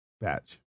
batch